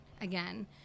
again